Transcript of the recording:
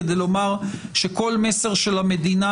כדי לומר שכול מסר של המדינה